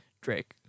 Drake